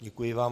Děkuji vám.